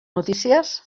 notícies